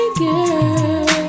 girl